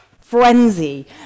frenzy